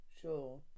Sure